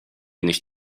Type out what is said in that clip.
nicht